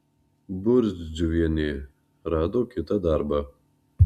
burzdžiuvienė rado kitą darbą